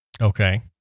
Okay